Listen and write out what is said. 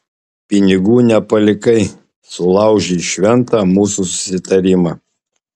pinigų nepalikai sulaužei šventą mūsų susitarimą